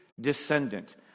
descendant